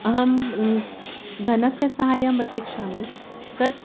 अहं धनस्य सहायम् अपेक्ष्यामि तत्